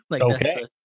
Okay